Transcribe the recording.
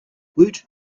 woot